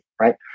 right